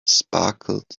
sparkled